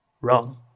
wrong